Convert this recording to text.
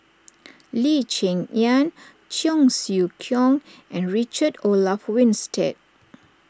Lee Cheng Yan Cheong Siew Keong and Richard Olaf Winstedt